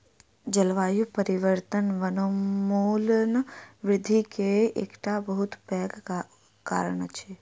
जलवायु परिवर्तन वनोन्मूलन वृद्धि के एकटा बहुत पैघ कारण अछि